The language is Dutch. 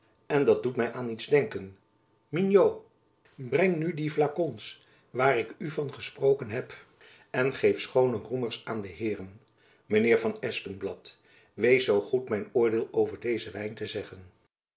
en dat doet my aan iets denken mignot breng nu die flakons waar ik u van gesproken heb en geef schoone roemers aan de heeren mijn heer van espenblad wees zoo goed my uw oordeel over dezen wijn te zeggen